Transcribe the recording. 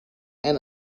and